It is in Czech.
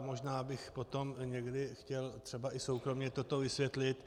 Já možná bych potom někdy chtěl třeba i soukromě toto vysvětlit.